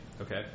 Okay